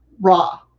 Raw